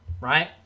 right